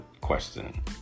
question